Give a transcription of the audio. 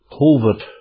COVID